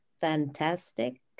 fantastic